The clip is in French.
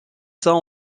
saint